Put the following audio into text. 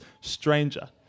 stranger